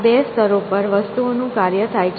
આ બે સ્તરો પર વસ્તુઓનું કાર્ય થાય છે